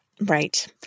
Right